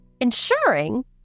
ensuring